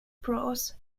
prose